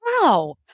Wow